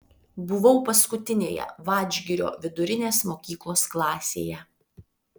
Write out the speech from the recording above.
buvau paskutinėje vadžgirio vidurinės mokyklos klasėje